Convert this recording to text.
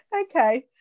Okay